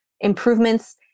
improvements